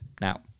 now